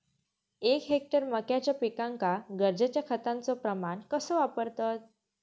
एक हेक्टर मक्याच्या पिकांका गरजेच्या खतांचो प्रमाण कसो वापरतत?